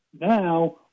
Now